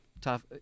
Tough